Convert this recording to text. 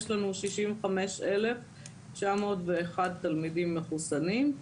יש לנו 65,901 תלמידים מחוסנים.